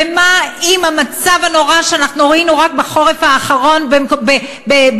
ומה עם המצב הנורא שאנחנו ראינו רק בחורף האחרון באשפוזים,